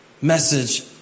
message